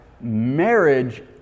marriage